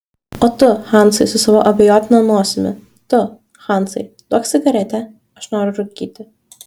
o tu hansai su savo abejotina nosimi tu hansai duok cigaretę aš noriu rūkyti